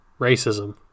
racism